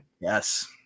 yes